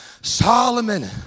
Solomon